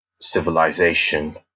Civilization